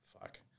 fuck